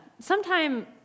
sometime